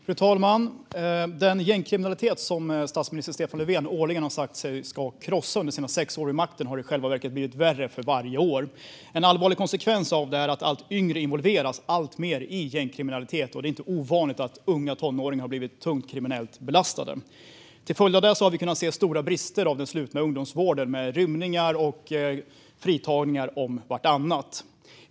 Frau talman! Den gängkriminalitet som statsminister Stefan Löfven årligen har sagt sig ska krossa vid sina sex år vid makten har i själva verket blivit värre för varje år. En allvarlig konsekvens av det är att allt yngre involveras alltmer i gängkriminalitet. Det är inte ovanligt att unga tonåringar har blivit tungt kriminellt belastade. Till följd av det har vi kunnat se stora brister i den slutna ungdomsvården med rymningar och fritagningar om vartannat.